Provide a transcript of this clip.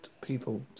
people